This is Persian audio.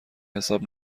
حساب